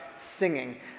singing